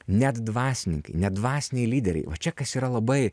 net dvasininkai net dvasiniai lyderiai va čia kas yra labai